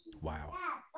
Wow